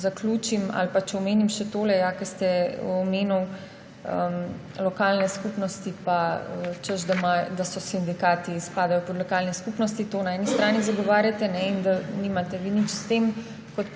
miru. Če omenim še tole. Ko ste omenili lokalne skupnosti pa češ da sindikati spadajo pod lokalne skupnosti, to na eni strani zagovarjate in da nimate vi nič s tem